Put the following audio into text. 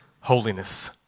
holiness